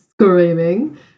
screaming